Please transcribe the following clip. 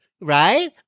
right